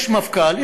יש מפכ"ל,